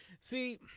See